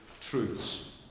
truths